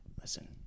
Listen